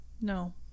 No